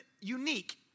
unique